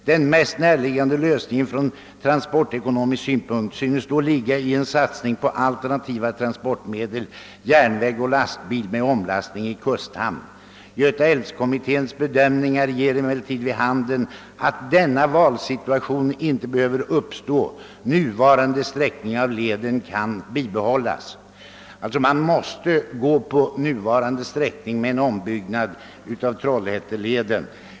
Den mest närliggande lösningen från transportekonomisk synpunkt synes ligga i en satsning på alternativa transportmedel, järnväg och lastbil, med omlastning i kusthamn. Götaälvkommitténs bedömningar ger emellertid vid handen, att denna valsituation inte behöver uppstå. Nuvarande sträckning av leden kan bibehållas.» Man måste alltså gå in för att behålla nuvarande led i och för en ombyggnad av Trollhätteleden.